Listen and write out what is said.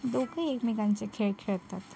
दोघंही एकमेकांचे खेळ खेळतात